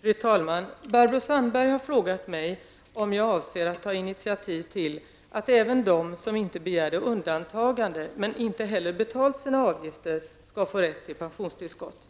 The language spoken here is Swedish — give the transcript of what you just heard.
Fru talman! Barbro Sandberg har frågat mig om jag avser att ta initiativ till att även de som inte begärde undantagande men inte heller betalt sina avgifter skall få rätt till pensionstillskott.